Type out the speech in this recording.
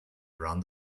around